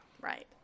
Right